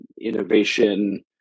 innovation